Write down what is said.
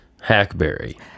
Hackberry